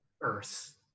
earth